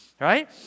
right